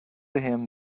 him